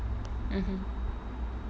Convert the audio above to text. mmhmm